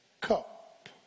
cup